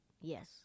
Yes